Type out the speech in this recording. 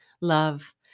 Love